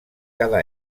cada